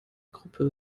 gruppe